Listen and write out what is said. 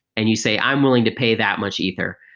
and you say, i'm willing to pay that much ether,